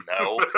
no